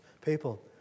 people